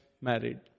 married